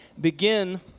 begin